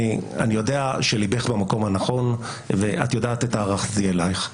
אני יודע שליבך במקום הנכון ואת יודעת את הערכתי אליך.